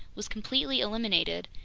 was completely eliminated.